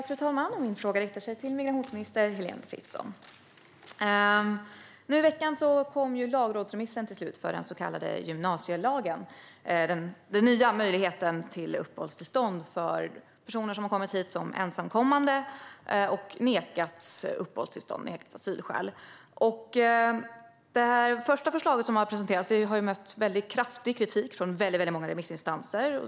Fru talman! Jag riktar min fråga till migrationsminister Heléne Fritzon. I veckan kom till slut lagrådsremissen för den så kallade gymnasielagen, den nya möjligheten att få uppehållstillstånd för ensamkommande som har nekats uppehållstillstånd på grund av att de saknar asylskäl. Det första förslaget som presenterades möttes av kraftig kritik från väldigt många remissinstanser.